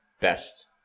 best